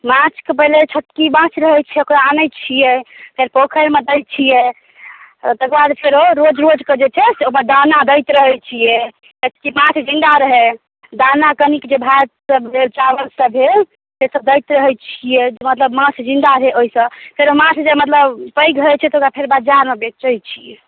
माँछके पहिले छोटकी माछ रहै छै ओकरा आनै छियै फेर पोखरिमे दै छियै आ तकरबाद फेरो रोज रोज कऽ जे छै से ओकरा दाना दैत रहैत छियै तहिकेबाद जिन्दा रहै दाना कनिक जे भात सब भेल चावल सब भेल से सब दैत रहैत छियै मतलब माँछ जिन्दा रहै ओहिसँ फेरो माँछ जे मतलब पैघ होइत छै तऽ ओकरा फेर बजारमे बेचैत छियै